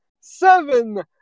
Seven